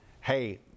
hey